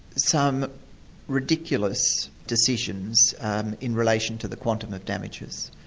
some ridiculous decisions in relation to the quantum of damages.